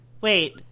Wait